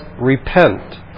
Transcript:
repent